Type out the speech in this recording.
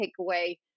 takeaway